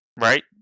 Right